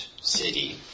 city